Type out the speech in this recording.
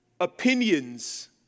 opinions